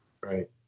Right